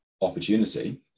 opportunity